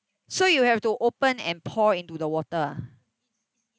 so you have to open and pour into the water ah